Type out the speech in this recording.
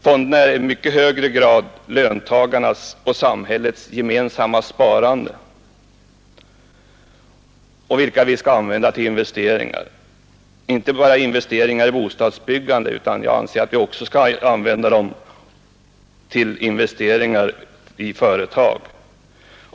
Fonderna är i mycket hög grad löntagarnas och samhällets gemensamma sparande, vilket vi skall använda till investeringar, inte bara investeringar i bostadsbyggande utan enligt min mening också investeringar i företag.